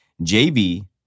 JV